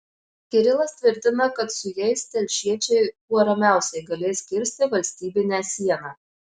kirilas tvirtina kad su jais telšiečiai kuo ramiausiai galės kirsti valstybinę sieną